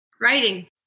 Writing